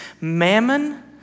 mammon